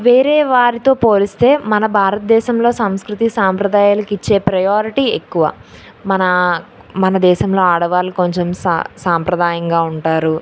వేరే వారితో పోలిస్తే మన భారతదేశంలో సంస్కృతీ సాంప్రదాయాలకి ఇచ్చే ప్రయారిటీ ఎక్కువ మన మన దేశంలో ఆడవాళ్ళు కొంచెం సా సాంప్రదాయంగా ఉంటారు